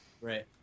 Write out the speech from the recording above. Right